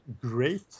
great